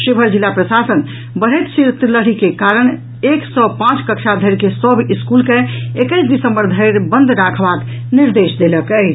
शिवहर जिला प्रशासन बढ़ैत शीतलहरी के कारण एक सॅ पांच कक्षा धरि के सभ स्कूल के एकैस दिसम्बर धरि बंद राखबाक निर्देश देलक अछि